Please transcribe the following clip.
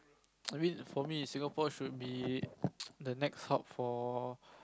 I mean for me Singapore should be the next sup for